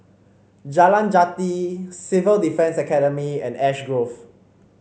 Jalan Jati Civil Defence Academy and Ash Grove